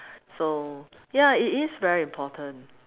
so ya it is very important